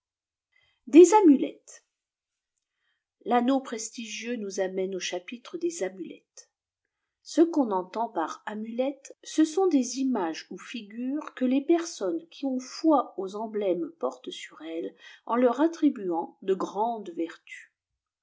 des amulettes l'anneau prestigieux nous amène au chapitre des amulettes ce qu'on entend par amulettes ce sont des images pu figures que les personnes qui ont foi aux emblèmes portent sur iles en leur attribuant de grandes vertus